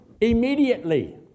Immediately